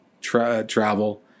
travel